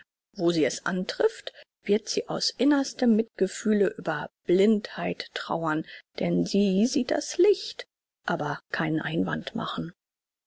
wo sie es antrifft wird sie aus innerstem mitgefühle über blindheit trauern denn sie sieht das licht aber keinen einwand machen